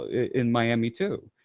in miami too,